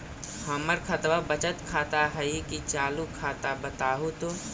हमर खतबा बचत खाता हइ कि चालु खाता, बताहु तो?